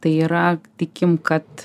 tai yra tikim kad